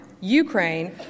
Ukraine